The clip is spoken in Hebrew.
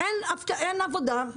אין עבודה,